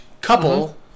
couple